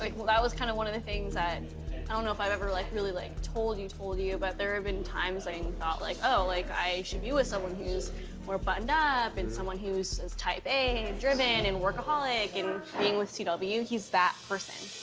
like, that was kind of one of the things that i don't know if i've ever, like, really, like, told you, told you, but there have been times i thought like, oh, like, i should be with someone who's more buttoned up and someone who's type a and and driven and workaholic, and being with c w, he's that person.